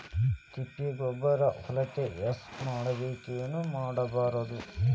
ತಿಪ್ಪಿಗೊಬ್ಬರ ಹೊಲಕ ಯೂಸ್ ಮಾಡಬೇಕೆನ್ ಮಾಡಬಾರದು?